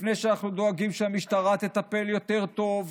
לפני שאנחנו דואגים שהמשטרה תטפל יותר טוב,